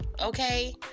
okay